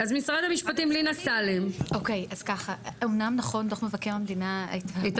אז לינא סאלם ממשרד המשפטים, בבקשה.